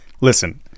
listen